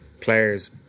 players